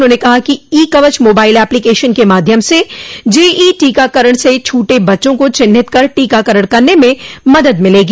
उन्होंने कहा कि ई कवच मोबाइल अप्लीकेशन के माध्यम से जेई टीकाकरण से छूटे बच्चों को चिन्हित कर टीकाकरण करने में मदद मिलेगी